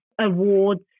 awards